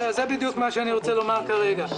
זה בדיוק מה שאני רוצה לומר כרגע.